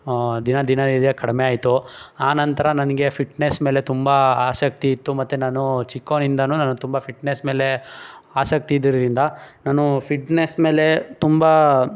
ದಿನ ದಿನ ಇದೇ ಕಡಿಮೆಯಾಯ್ತು ಆ ನಂತರ ನನಗೆ ಫಿಟ್ನೆಸ್ ಮೇಲೆ ತುಂಬ ಆಸಕ್ತಿ ಇತ್ತು ಮತ್ತು ನಾನು ಚಿಕ್ಕವ್ನಿಂದನೂ ನಾನು ತುಂಬ ಫಿಟ್ನೆಸ್ ಮೇಲೆ ಆಸಕ್ತಿ ಇದ್ದಿದ್ದರಿಂದ ನಾನು ಫಿಟ್ನೆಸ್ ಮೇಲೆ ತುಂಬ